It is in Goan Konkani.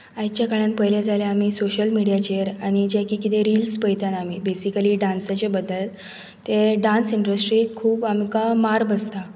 आयच्या काळार पयलें जाल्यार आमी सोशल मिडियाचेर जे कितें रिल्स पळयतात आमी बेसिकली डान्साचे बद्दल ते डांस इंडस्ट्रीक खूब आमकां मार बसता